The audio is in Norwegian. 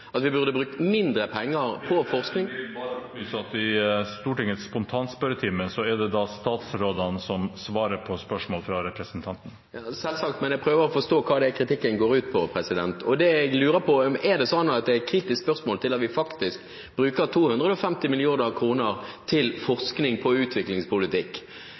Stortingets muntlige spørretime er det statsrådene som svarer på spørsmål fra representantene. Selvsagt! Men jeg prøver å forstå hva kritikken går ut på. Det jeg lurer på er om det er sånn at det stilles kritiske spørsmål til at vi bruker 250 mill. kr til forskning på utviklingspolitikk. Det er det første jeg undrer meg på.